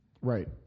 Right